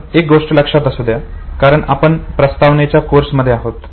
पण एक गोष्ट लक्षात असू द्या कारण आपण प्रस्तावनेच्या कोर्समध्ये आहोत